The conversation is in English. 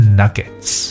nuggets，